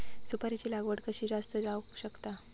सुपारीची लागवड कशी जास्त जावक शकता?